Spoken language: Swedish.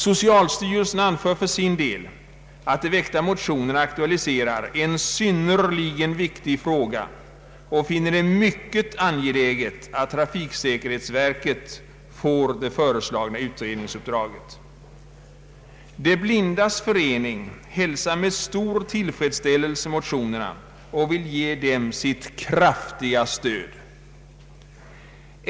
Socialstyrelsen anför att motionerna aktualiserar en synnerligen viktig fråga och finner det mycket angeläget att trafiksäkerhetsverket får det föreslagna utredningsuppdraget. De blindas förening hälsar med stor tillfredsställelse motionerna och vill ge dem sitt kraftiga stöd.